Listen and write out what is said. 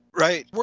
right